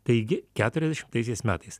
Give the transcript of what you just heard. taigi keturiasdešimtaisiais metais